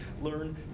learn